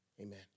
Amen